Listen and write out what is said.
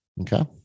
Okay